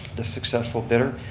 the successful bidder.